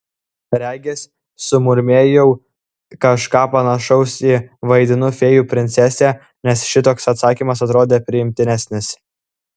regis sumurmėjau kažką panašaus į vaidinu fėjų princesę nes šitoks atsakymas atrodė priimtinesnis